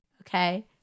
Okay